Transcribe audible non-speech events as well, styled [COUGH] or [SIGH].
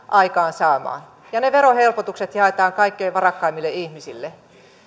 [UNINTELLIGIBLE] aikaansaamaan ja ne verohelpotukset jaetaan kaikkein varakkaimmille ihmisille